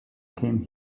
came